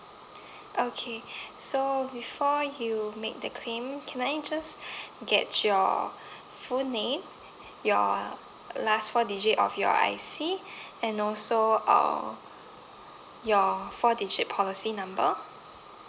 okay so before you make the claim can I just get your full name your last four digit of your I_C and also uh your four digit policy number